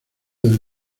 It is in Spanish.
del